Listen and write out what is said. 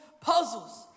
puzzles